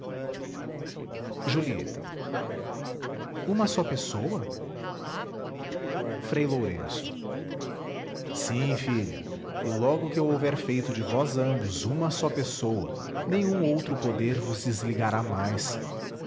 julieta uma só pessoa frei lourenço sim filha e logo que eu houver feito de vós ambos uma só pessoa nenhum outro poder vos desligará mais